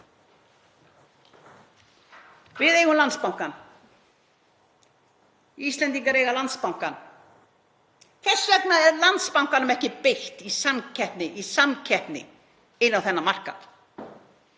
Við eigum Landsbankann. Íslendingar eiga Landsbankann. Hvers vegna er Landsbankanum ekki beitt í samkeppni inn á þennan markað?